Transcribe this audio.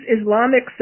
Islamic